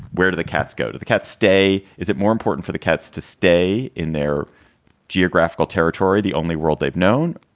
where do the cats go to the cats stay? is it more important for the cats to stay in their geographical territory, the only world they've known?